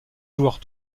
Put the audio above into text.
joueurs